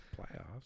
playoffs